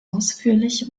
ausführliche